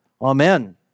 Amen